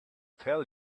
tell